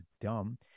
dumb